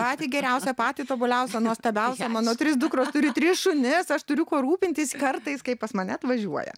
patį geriausią patį tobuliausią nuostabiausią mano trys dukros turi tris šunis aš turiu kuo rūpintis kartais kai pas mane atvažiuoja